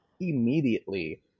immediately